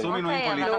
עשו מינויים פוליטיים.